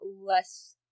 less